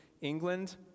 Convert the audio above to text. England